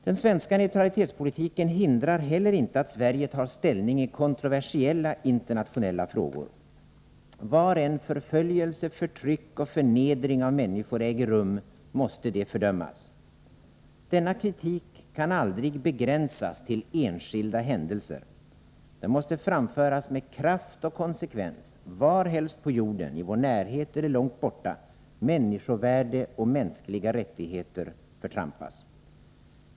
Den svenska neutralitetspolitiken hindrar inte heller att Sverige tar ställning i kontroversiella internationella frågor. Var än förföljelse, förtryck och förnedring av människor äger rum måste detta fördömas. Denna kritik kan aldrig begränsas till enskilda händelser. Den måste framföras med kraft och konsekvens varhelst på jorden —i vår närhet eller långt borta — människovärde och mänskliga rättigheter förtrampas.